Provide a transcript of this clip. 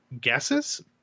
guesses